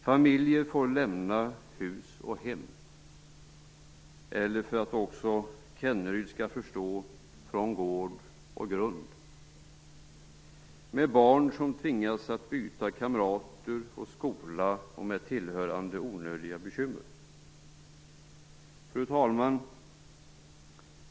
Familjer får lämna hus och hem - eller, för att också Rolf Kenneryd skall förstå, från gård och grund - med barn som tvingas byta kamrater och skola, med tillhörande onödiga bekymmer. Fru talman!